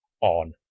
on